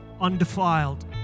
undefiled